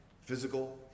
physical